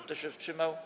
Kto się wstrzymał?